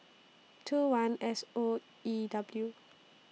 two one S O E W